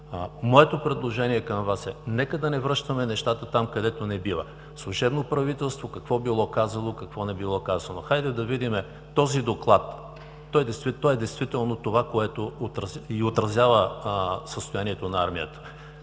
Моето предложение към Вас е да не връщаме нещата там, където не бива – служебното правителство какво било казало, какво не било казало. Хайде да видим този доклад, той действително отразява състоянието на армията.